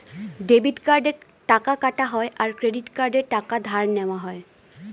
debit কার্ডে টাকা কাটা হয় আর ক্রেডিট কার্ডে টাকা ধার নেওয়া হয়